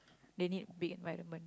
they need big environment